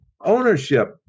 ownership